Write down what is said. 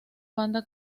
banda